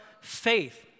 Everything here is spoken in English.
faith